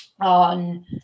on